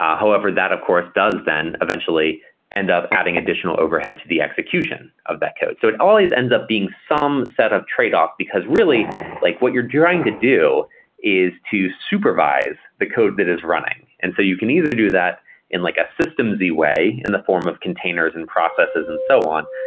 ah however, that of course does then eventually end up adding additional overhead to the execution of that code. so it always ends up being some set of tradeoff, because really like what you're trying to do is to supervise the code that is running. and so you can either do that in like a systems-y way in the form of containers and processes and so on,